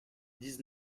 dix